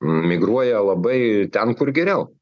migruoja labai ten kur geriau